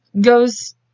goes